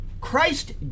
Christ